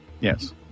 Yes